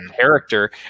character